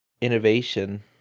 innovation